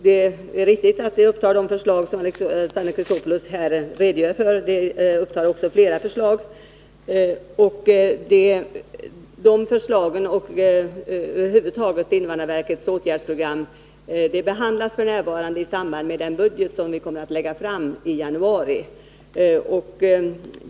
Det är riktigt att det upptar de förslag som Alexander Chrisopoulos här redogör för, men det upptar också andra förslag. Invandrarverkets förslag till åtgärdsprogram behandlas f.n. i samband med den budget som kommer att läggas fram i januari.